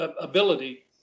ability